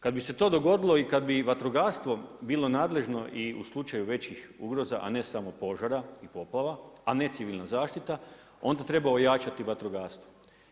Kad bi se to dogodilo i kad bi vatrogastvo bila nadležno i u slučaju većih ugroza a ne samo požara i poplava, a ne civilna zaštita, onda treba ojačati vatrogastvo.